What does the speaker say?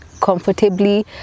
comfortably